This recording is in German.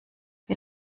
wir